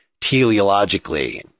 teleologically